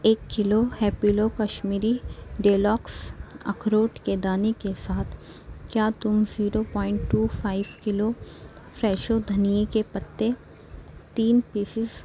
ایک kilo Happilo Kashmiri deluxe اخروٹ کے دانے کے ساتھ کیا تم zero point two five kilo Fresho دھنیے کے پتے تین پیسز